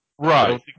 Right